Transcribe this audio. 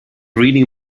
reading